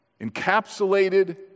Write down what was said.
encapsulated